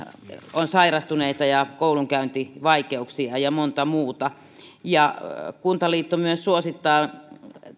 on sairastuneita ja koulunkäyntivaikeuksia ja monta muuta kuntaliitto suosittaa